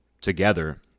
together